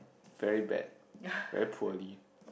very bad very poorly